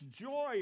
joy